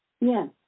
Yes